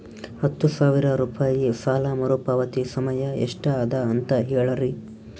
ಹತ್ತು ಸಾವಿರ ರೂಪಾಯಿ ಸಾಲ ಮರುಪಾವತಿ ಸಮಯ ಎಷ್ಟ ಅದ ಅಂತ ಹೇಳರಿ?